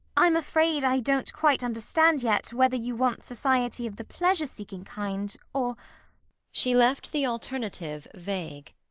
i'm afraid i don't quite understand yet whether you want society of the pleasure-seeking kind, or she left the alternative vague.